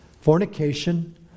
fornication